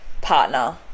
partner